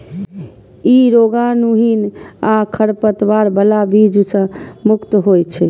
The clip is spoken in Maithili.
ई रोगाणुहीन आ खरपतवार बला बीज सं मुक्त होइ छै